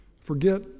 Forget